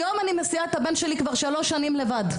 היום אני מסיעה את הבן שלי כבר שלוש שנים לבד.